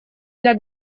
для